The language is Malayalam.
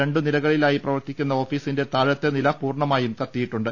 രണ്ടുനിലകളിലായി പ്രവർത്തിക്കുന്ന ഓഫീസിന്റെ താഴത്തെ നില പൂർണമായും കത്തി യിട്ടുണ്ട്